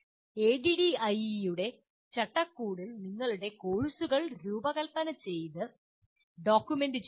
ADDIE ന്റെ ചട്ടക്കൂടിൽ നിങ്ങളുടെ കോഴ്സുകൾ രൂപകൽപ്പന ചെയ്ത് ഡോക്യുമെൻറ് ചെയ്യുക